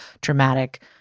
dramatic